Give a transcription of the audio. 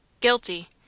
Guilty